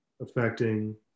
affecting